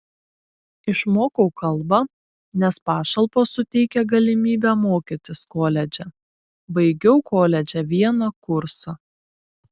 išmokau kalbą nes pašalpos suteikia galimybę mokytis koledže baigiau koledže vieną kursą